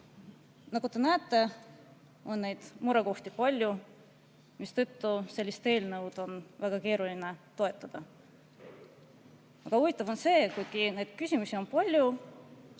te näete, on neid murekohti palju, mistõttu sellist eelnõu on väga keeruline toetada. Aga huvitav on see, et kuigi neid küsimusi on palju,